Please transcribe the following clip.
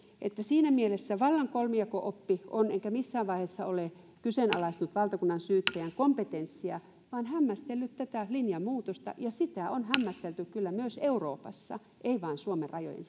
että siinä mielessä vallan kolmijako oppi on enkä missään vaiheessa ole kyseenalaistanut valtakunnansyyttäjän kompetenssia vaan hämmästellyt tätä linjanmuutosta ja sitä on hämmästelty kyllä myös euroopassa ei vain suomen rajojen